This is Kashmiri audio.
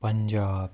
پَنجاب